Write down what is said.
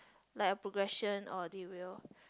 like a progression or they will